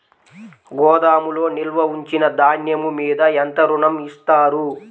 గోదాములో నిల్వ ఉంచిన ధాన్యము మీద ఎంత ఋణం ఇస్తారు?